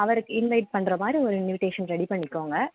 அவருக்கு இன்வைட் பண்ணுற மாதிரி ஒரு இன்விடேஷன் ரெடி பண்ணிக்கோங்க